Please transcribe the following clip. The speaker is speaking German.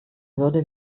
würde